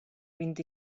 vint